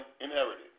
inherited